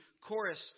chorus